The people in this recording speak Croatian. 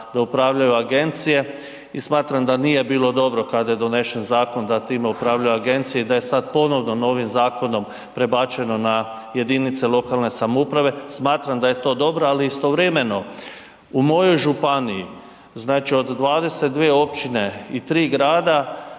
da upravljaju agencije i smatram da nije bilo dobro kada je donesen zakon da time upravljaju agencije i da je sad ponovno novim zakonom prebačeno na jedinice lokalne samouprave, smatram da je to dobro ali istovremeno u mojoj županiji, znači od 22 općine i 3 grada,